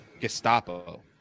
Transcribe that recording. gestapo